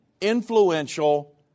influential